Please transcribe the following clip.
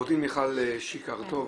עורכת דין מיכל שיק הר-טוב.